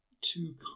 two